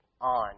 on